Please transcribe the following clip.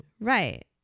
Right